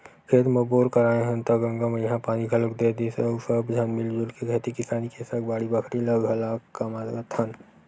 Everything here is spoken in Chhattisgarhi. खेत म बोर कराए हन त गंगा मैया ह पानी घलोक दे दिस अउ सब झन मिलजुल के खेती किसानी के सग बाड़ी बखरी ल घलाके कमावत हन